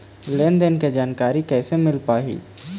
लेन देन के जानकारी कैसे मिल पाही?